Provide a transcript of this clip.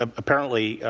um apparently,